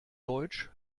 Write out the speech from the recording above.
deutsch